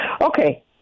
Okay